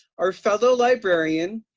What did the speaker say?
our fellow librarian,